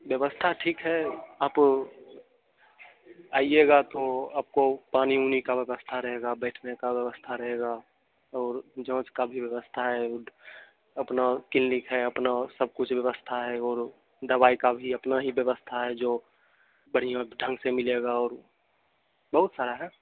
व्यवस्था ठीक है आप आइएगा तो आपको पानी ऊनी का व्यवस्था रहेगा बैठने का व्यवस्था रहेगा और जाँच का भी व्यवस्था है उद अपना क्लीनिक है अपना सब कुछ व्यवस्था है और दवाई का भी अपना ही व्यवस्था है जो बढ़िया ढंग से मिलेगा और बहुत सारा है